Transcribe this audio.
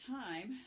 time